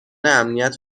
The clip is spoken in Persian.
امنیت